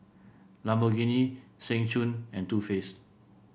Lamborghini Seng Choon and Too Faced